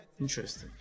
Interesting